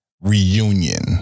reunion